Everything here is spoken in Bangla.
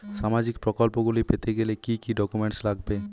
সামাজিক প্রকল্পগুলি পেতে গেলে কি কি ডকুমেন্টস লাগবে?